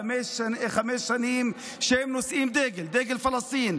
חמש שנים שנושאים דגל פלסטין,